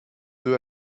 œufs